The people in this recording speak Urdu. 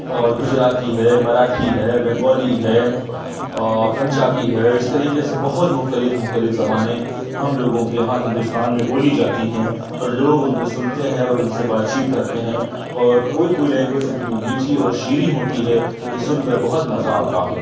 اور گُجراتی ہے مراٹھی ہے بنگالی ہے آ پنجابی ہے اِس طریقے سے بہت مختلف مختلف زبانیں ہم لوگوں کے یہاں ہندوستان میں بولی جاتی ہیں اور لوگ اُن کو سُنتے ہیں اور اُن سے بات چیت کرتے ہیں اور کوئی کوئی لینگویج اتنی میٹھی اور شیریں ہوتی ہے کہ سُن کر بہت مزہ آتا ہے